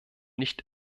nicht